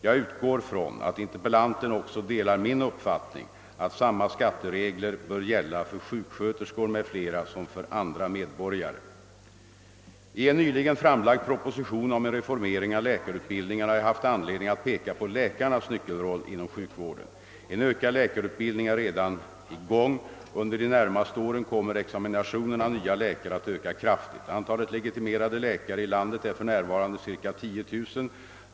Jag utgår från att interpellanten också delar min uppfattning att samma skatteregler bör gälla för sjuksköterskor m.fl. som för andra medborgare. I en nyligen framlagd proposition om en reformering av läkarutbildningen har jag haft anledning att peka på läkarnas nyckelroll inom sjukvården. En ökad läkarutbildning är redan i gång. Under de närmaste åren kommer examinationen av nya läkare att öka kraftigt. Antalet legitimerade läkare i lan det är för närvarande cirka 10 000.